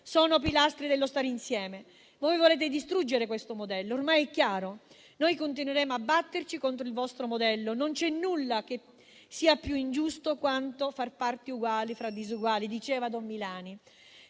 sono pilastri dello stare insieme; voi volete distruggere questo modello, ormai è chiaro. Noi continueremo a batterci contro il vostro modello: non c'è nulla che sia più ingiusto quanto il fare parti uguali fra disuguali, come diceva don Milani.